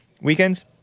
weekends